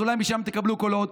אז אולי משם תקבלו קולות.